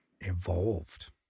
Evolved